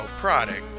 product